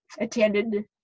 attended